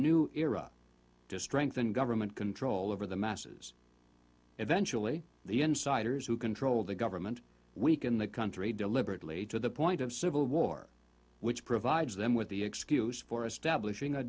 new era to strengthen government control over the masses eventually the insiders who control the government weaken the country deliberately to the point of civil war which provides them with the excuse